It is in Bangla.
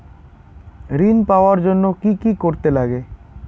ঋণ পাওয়ার জন্য কি কি করতে লাগে?